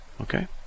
Okay